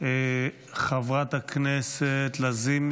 חברת הכנסת לזימי.